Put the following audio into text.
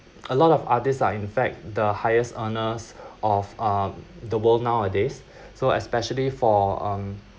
a lot of artists are in fact the highest earners of uh the world nowadays so especially for um